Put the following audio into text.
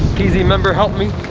peasy member help me